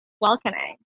welcoming